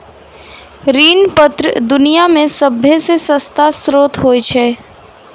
ऋण पत्र दुनिया मे सभ्भे से सस्ता श्रोत होय छै